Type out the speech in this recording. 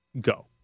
go